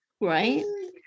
Right